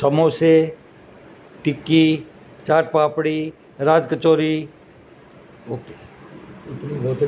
سموسے ٹکی چاٹ پاپڑی راج کچوری اوکے